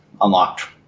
unlocked